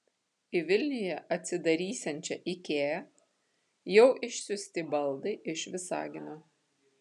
į vilniuje atsidarysiančią ikea jau išsiųsti baldai iš visagino